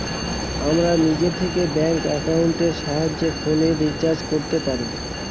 আমরা নিজে থেকে ব্যাঙ্ক একাউন্টের সাহায্যে ফোনের রিচার্জ করতে পারি